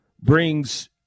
brings